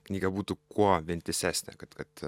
knyga būtų kuo vientisesnė kad kad